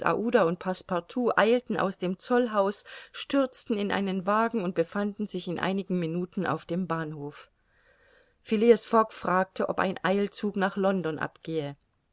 und passepartout eilten aus dem zollhaus stürzten in einen wagen und befanden sich in einigen minuten auf dem bahnhof phileas fogg fragte ob ein eilzug nach london abgehe